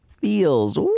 feels